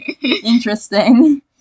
Interesting